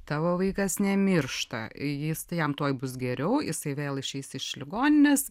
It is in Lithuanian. tavo vaikas nemiršta jis tai jam tuoj bus geriau jisai vėl išeis iš ligoninės